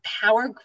power